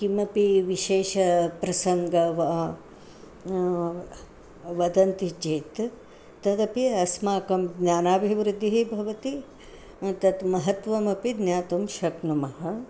किमपि विशेषप्रसङ्गः वा वदन्ति चेत् तदपि अस्माकं ज्ञानाभिवृद्धिः भवति तत् महत्वमपि ज्ञातुं शक्नुमः